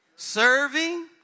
Serving